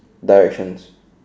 directions